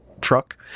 truck